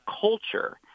culture